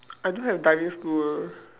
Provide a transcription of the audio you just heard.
I don't have diving school